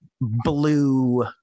blue